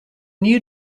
new